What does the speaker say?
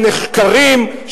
שנחקרים,